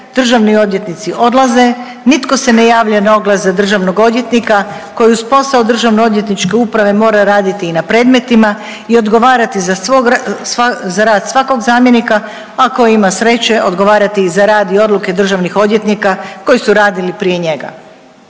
Državni odvjetnici odlaze. Nitko se ne javlja na oglas za državnog odvjetnika koji uz posao državnoodvjetničke uprave mora raditi i na predmetima i odgovarati za rad svakog zamjenika, a tko ima sreće odgovarati i za rad i odluke državnih odvjetnika koji su radili prije njega.